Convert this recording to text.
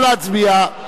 נא להצביע.